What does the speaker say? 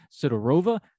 Sidorova